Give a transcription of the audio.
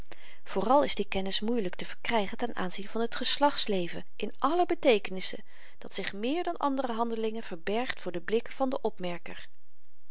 vooral is die kennis moeielyk te verkrygen ten aanzien van t geslachtsleven in alle beteekenissen dat zich meer dan andere handelingen verbergt voor de blikken van den opmerker